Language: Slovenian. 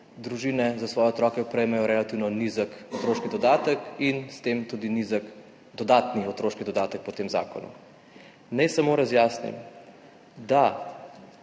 družine za svoje otroke prejmejo relativno nizek otroški dodatek in s tem tudi nizek dodatni otroški dodatek po tem zakonu. Naj samo razjasnim, da